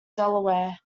delaware